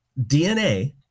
DNA